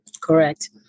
Correct